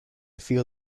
feel